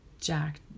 Jack